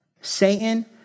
Satan